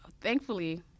Thankfully